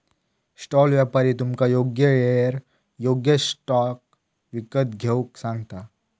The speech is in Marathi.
स्टॉल व्यापारी तुमका योग्य येळेर योग्य स्टॉक विकत घेऊक सांगता